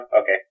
Okay